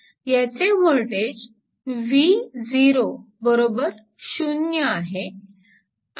याचे voltage Vo0 आहे